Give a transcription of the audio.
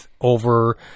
over